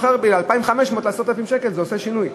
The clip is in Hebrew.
מ-2,500 ל-10,000 שקל זה עושה שינוי.